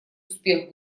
успех